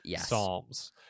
psalms